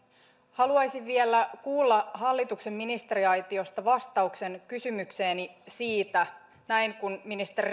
haluaisin vielä kuulla hallituksen ministeriaitiosta vastauksen kysymykseeni siitä näin kun ministeri